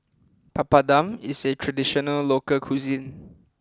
Papadum is a traditional local cuisine